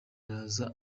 araza